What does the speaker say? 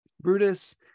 Brutus